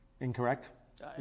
Incorrect